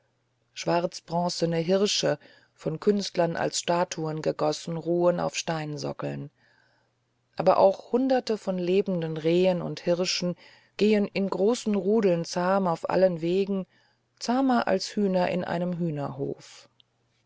schwarzbronzene hirsche von künstlern als statuen gegossen ruhen auf steinsockeln aber auch hunderte von lebenden rehen und hirschen gehen in großen rudeln zahm auf allen wegen zahmer als hühner in einem hühnerhof